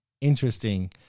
interesting